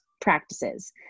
practices